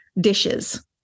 dishes